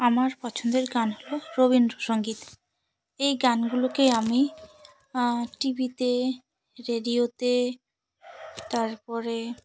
আমার পছন্দের গান হলো রবীন্দ্রসঙ্গীত এই গানগুলোকে আমি টিভিতে রেডিওতে তারপরে